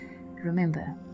Remember